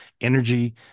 energy